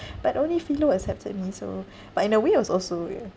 but only philo accepted me so but in a way it was also ya